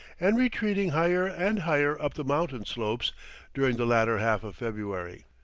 and retreating higher and higher up the mountain-slopes during the latter half of february,